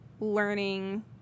learning